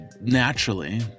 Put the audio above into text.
naturally